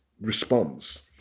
response